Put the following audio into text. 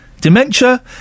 Dementia